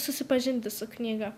susipažinti su knyga